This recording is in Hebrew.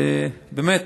שבאמת,